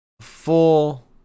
full